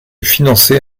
financer